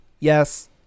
yes